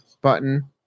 button